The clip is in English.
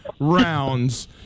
rounds